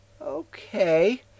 Okay